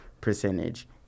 percentage